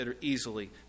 easily